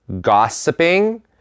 gossiping